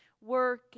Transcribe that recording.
Work